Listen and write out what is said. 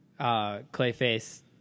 Clayface